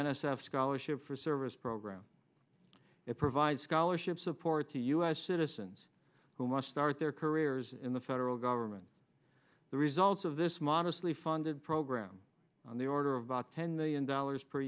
f scholarship for service program it provides scholarships support to u s citizens who must start their careers in the federal government the results of this modestly funded program on the order of about ten million dollars per